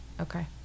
Okay